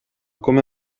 come